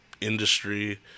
industry